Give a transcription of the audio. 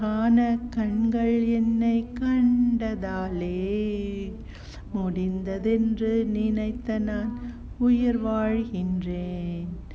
அழகான கண்கள் என்னை கண்டதாலே:azhagaana kankal ennai kandathale